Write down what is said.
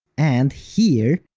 and here,